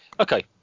Okay